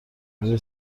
روی